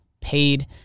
paid